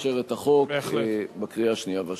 אני מבקש לאשר את החוק בקריאה השנייה והשלישית.